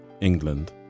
England